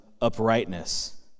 uprightness